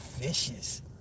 vicious